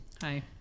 Hi